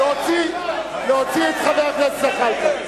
להוציא את חבר הכנסת זחאלקה.